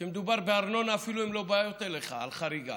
כשמדובר בארנונה, אפילו הן לא באות אליך על חריגה.